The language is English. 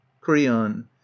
Creon